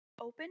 Open